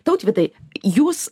tautvydai jūs